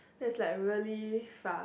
that's like really fast